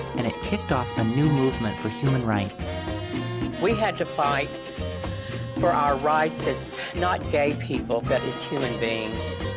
and it kicked off a new movement for human rights. amanda we had to fight for our rights as. not gay people. but as human beings.